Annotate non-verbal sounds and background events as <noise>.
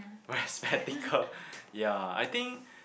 wear spectacle <laughs> ya I think